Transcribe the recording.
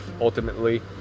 ultimately